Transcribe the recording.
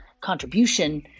contribution